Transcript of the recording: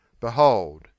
Behold